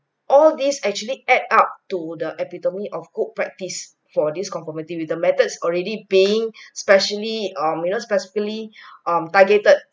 all these actually add up to the epitome of good practice for these confirmity with the methods already being specially um you know specifically um targeted